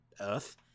Earth